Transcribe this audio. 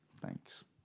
Thanks